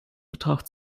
betracht